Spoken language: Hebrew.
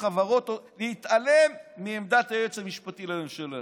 החברות להתעלם מעמדת היועץ המשפטי לממשלה.